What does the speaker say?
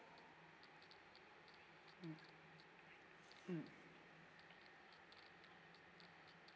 mm mm